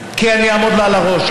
כי אני אעמוד לה על הראש,